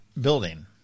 building